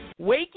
Wakey